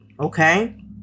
Okay